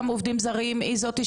מנהלת את הכספים שלהם,